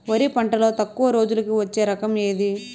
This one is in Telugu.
వరి పంటలో తక్కువ రోజులకి వచ్చే రకం ఏది?